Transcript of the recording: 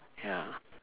ya